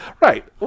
right